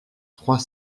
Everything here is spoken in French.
trois